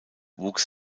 wuchs